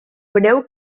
breu